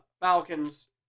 Falcons